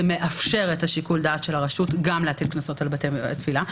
זה מאפשר את שיקול הדעת של הרשות אם להטיל קנסות גם על בתי תפילה.